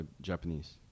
Japanese